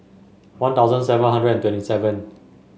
One Thousand seven hundred and twenty seven